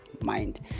mind